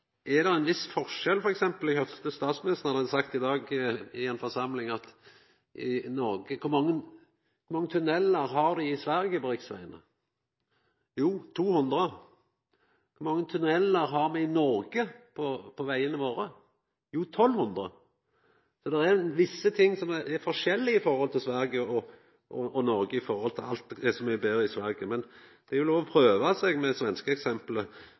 det er ein viss forskjell. Eg høyrde at statsministeren i dag hadde sagt i ei forsamling i Noreg: Kor mange tunnelar har dei i Sverige på riksvegane? Jo, 200. Kor mange tunnelar har me i Noreg på vegane våre? Jo, 1 200. Så det er visse ting som er forskjellig i Sverige og Noreg, når ein meiner at alt er så mykje betre i Sverige. Men det er jo lov å prøva seg med